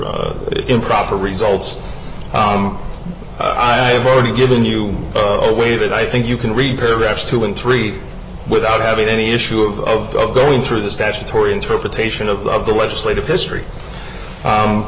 or improper results i've already given you a way that i think you can read paragraphs two and three without having any issue of of going through the statutory interpretation of the legislative history